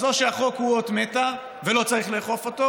אז או שהחוק הוא אות מתה ולא צריך לאכוף אותו,